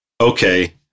okay